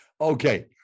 Okay